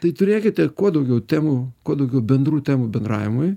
tai turėkite kuo daugiau temų kuo daugiau bendrų temų bendravimui